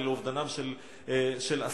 אלא לאובדנם של עשרה.